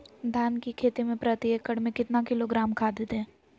धान की खेती में प्रति एकड़ में कितना किलोग्राम खाद दे?